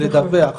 לדווח,